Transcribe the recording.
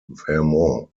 vermont